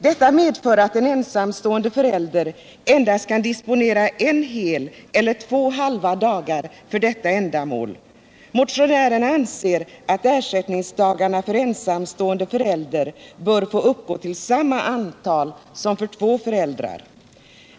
Detta medför att en ensamstående förälder endast kan disponera en hel eller två halva dagar för detta ändamål. Motionärerna anser att ersättningsdagarna för ensamstående förälder bör få uppgå till samma antal som för två föräldrar.